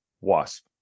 wasp